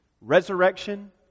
resurrection